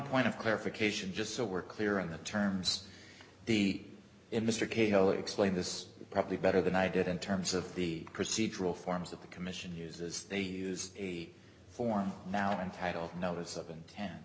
point of clarification just so we're clear on the terms deed in mr kato explain this probably better than i did in terms of the procedural forms that the commission uses they use a form now entitled notice of inten